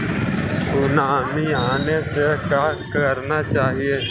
Tsunami आने से का करना चाहिए?